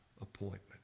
appointment